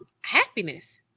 Happiness